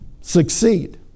succeed